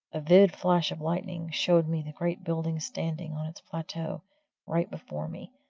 a vivid flash of lightning showed me the great building standing on its plateau right before me,